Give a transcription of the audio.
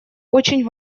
очень